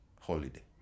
holiday